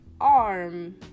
arm